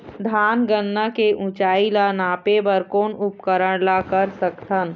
धान गन्ना के ऊंचाई ला नापे बर कोन उपकरण ला कर सकथन?